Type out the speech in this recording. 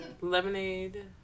Lemonade